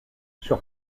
sur